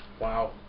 Wow